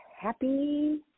happy